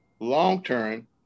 long-term